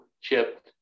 chip